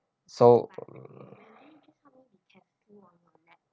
so